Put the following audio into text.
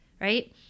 right